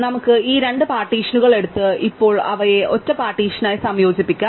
നമുക്ക് ഈ രണ്ട് പാർട്ടീഷനുകൾ എടുത്ത് ഇപ്പോൾ അവയെ ഒറ്റ പാർട്ടീഷനായി സംയോജിപ്പിക്കാം